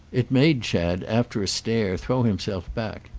it made chad, after a stare, throw himself back.